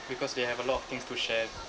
because they have a lot of things to share